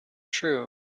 true